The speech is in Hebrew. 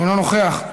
אינו נוכח,